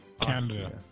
Canada